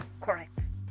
correct